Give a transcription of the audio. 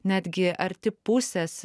netgi arti pusės